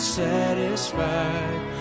satisfied